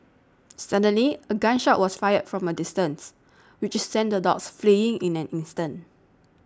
suddenly a gun shot was fired from a distance which sent the dogs fleeing in an instant